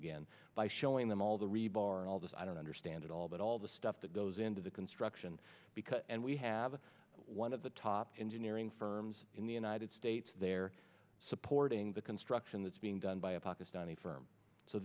again by showing them all the rebar all this i don't understand it all but all the stuff that goes into the construction because and we have one of the top engineering firms in the united states they're supporting the construction that's being done by a pakistani firm so